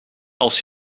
als